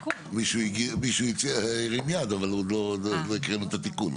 מישהו הרים יד אבל עוד לא הקראנו את התיקון.